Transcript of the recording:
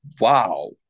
wow